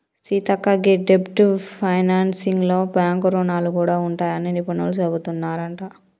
సీతక్క గీ డెబ్ట్ ఫైనాన్సింగ్ లో బాంక్ రుణాలు గూడా ఉంటాయని నిపుణులు సెబుతున్నారంట